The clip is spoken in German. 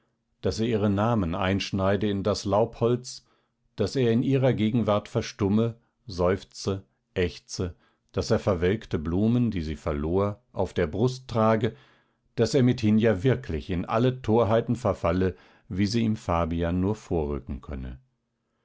daß er ihre namen einschneide in das laubholz daß er in ihrer gegenwart verstumme seufze ächze daß er verwelkte blumen die sie verlor auf der brust trage daß er mithin ja wirklich in alle torheiten verfalle wie sie ihm fabian nur vorrücken könne